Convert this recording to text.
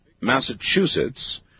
Massachusetts